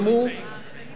עכשיו אני רוצה לומר,